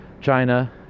China